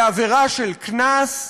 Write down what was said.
לעבירה של קנס.